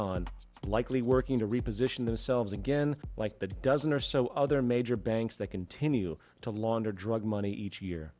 on likely working to reposition themselves again like the dozen or so other major banks that continue to launder drug money each year